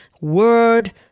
word